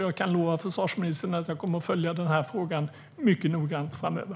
Jag kan lova försvarsministern att jag kommer att följa frågan mycket noggrant framöver.